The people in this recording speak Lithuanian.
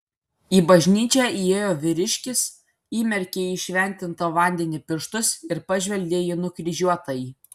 į bažnyčią įėjo vyriškis įmerkė į šventintą vandenį pirštus ir pažvelgė į nukryžiuotąjį